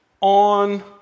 on